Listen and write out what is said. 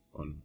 on